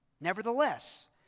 Nevertheless